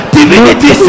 Divinity